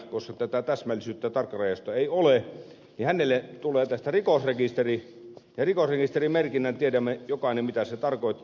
koska tätä täsmällisyyttä ja tarkkarajaisuutta ei ole hänelle tulee tästä merkintä rikosrekisteriin ja jokainen tiedämme mitä rikosrekisterimerkintä tarkoittaa